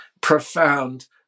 profound